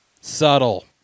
Subtle